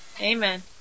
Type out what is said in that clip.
Amen